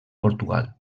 portugal